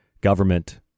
government